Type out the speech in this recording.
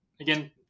again